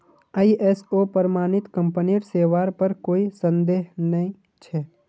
ISO प्रमाणित कंपनीर सेवार पर कोई संदेह नइ छ